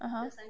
(uh huh)